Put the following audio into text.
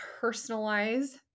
personalize